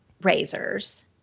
razors